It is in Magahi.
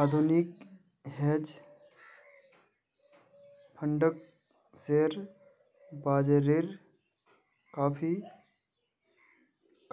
आधुनिक हेज फंडक शेयर बाजारेर काफी